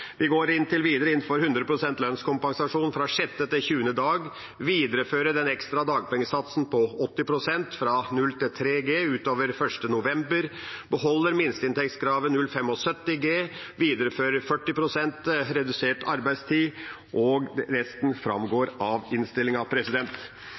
Vi går, inntil videre, inn for 100 pst. lønnskompensasjon fra 6. til 20. dag, å videreføre den ekstra dagpengesatsen på 80 pst. fra 0 til 3G utover 1. november, å beholde minsteinntektskravet 0,75G, å videreføre 40 pst. redusert arbeidstid, og resten